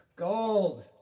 Gold